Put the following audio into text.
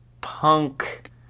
punk